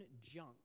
junk